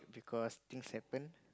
because things happen